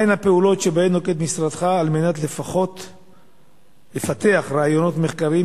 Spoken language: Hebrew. מהן הפעולות שנוקט משרדך כדי לפתח רעיונות מחקריים